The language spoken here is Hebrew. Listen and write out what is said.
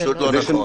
פשוט לא נכון.